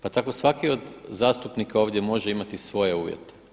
Pa tako svaki od zastupnika ovdje može imati svoje uvjete.